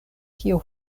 kio